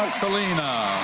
selina,